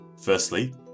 Firstly